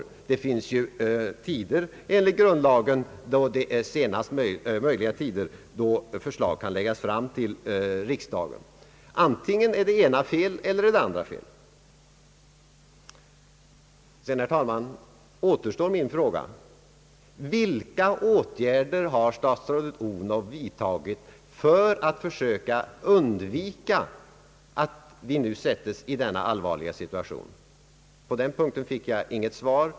I grundlagen finns ju tider angivna för senaste tidpunkten för att lägga fram förslag till riksdagen. Antingen är det ena eller det andra fel. Slutligen återstår min fråga obesvarad: Vilka åtgärder har statsrådet Odhnoff vidtagit för att försöka undvika att de människor det här gäller försättes i den påtalade allvarliga situationen? På den frågan fick jag inget svar.